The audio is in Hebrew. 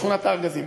בשכונת-הארגזים.